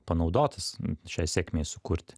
panaudotas šiai sėkmei sukurti